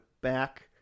back